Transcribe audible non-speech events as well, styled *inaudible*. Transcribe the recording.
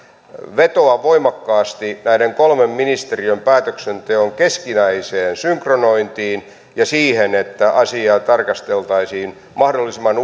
vetoan voimakkaasti näiden kolmen ministeriön päätöksenteon keskinäiseen synkronointiin ja siihen että asiaa tarkasteltaisiin mahdollisimman *unintelligible*